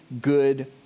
good